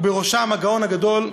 ובראשם הגאון הגדול,